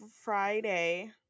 Friday